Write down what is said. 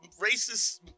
racist